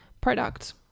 product